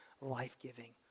life-giving